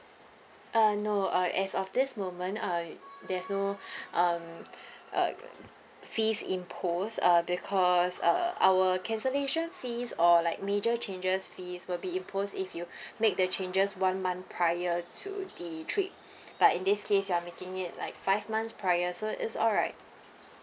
uh no uh as of this moment uh there's no um uh fees imposed uh because uh our cancellation fees or like major changes fees will be imposed if you make the changes one month prior to the trip but in this case you are making it like five months prior so it's alright